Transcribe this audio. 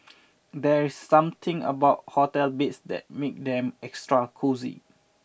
there's something about hotel beds that make them extra cosy